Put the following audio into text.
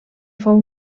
fou